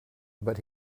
but